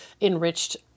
enriched